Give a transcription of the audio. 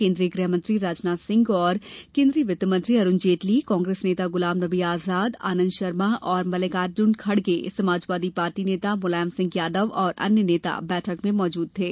केन्द्रीय गृहमंत्री राजनाथ सिंह और वित्त मंत्री अरूण जेटली कांग्रेस नेता गुलामनबी आजाद आनन्द शर्मा और मल्लिकार्जुन खड़गे समाजवादी पार्टी नेता मुलायम सिंह यादव और अन्य नेता बैठक में मौजूद थे